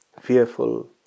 fearful